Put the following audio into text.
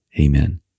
Amen